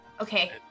Okay